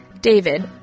David